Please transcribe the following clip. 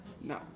No